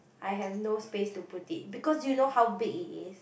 I have no space to put it because you know how big it is